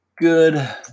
good